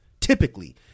typically